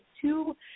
two